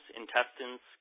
intestines